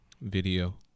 video